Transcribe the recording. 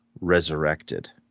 resurrected